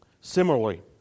Similarly